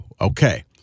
Okay